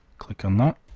click on that